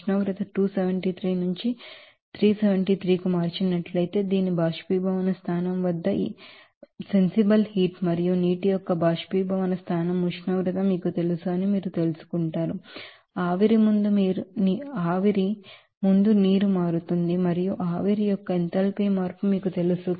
ఉష్ణోగ్రతను 273 నుంచి ఇక్కడ 373 కు మార్చినట్లయితే దాని బొయిలింగ్ పాయింట్ వద్ద మీ వివేకవంతమైన వేడి మరియు నీటి యొక్క బొయిలింగ్ పాయింట్ ఉష్ణోగ్రత మీకు తెలుసు అని మీరు తెలుసుకుంటారు ఆవిరి ముందు నీరు మారుతుందని మరియు ఆవిరి యొక్క ఎంథాల్పీ మార్పు మీకు తెలుసు